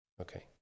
Okay